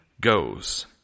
goes